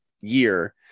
year